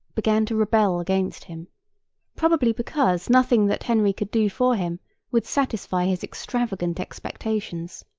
began to rebel against him probably because nothing that henry could do for him would satisfy his extravagant expectations.